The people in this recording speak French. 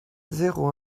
zéro